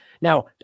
Now